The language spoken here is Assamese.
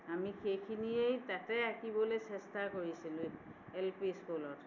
আমি সেইখিনিৰেই তাতে আঁকিবলে চেষ্টা কৰিছিলোঁ এল পি স্কুলত